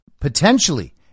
Potentially